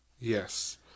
Yes